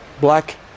Black